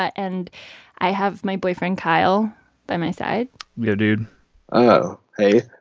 and i have my boyfriend kyle by my side yo, dude oh, hey